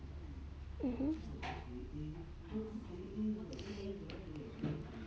mmhmm